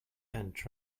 and